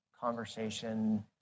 conversation